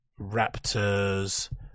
Raptors